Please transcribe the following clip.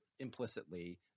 Implicitly